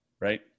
right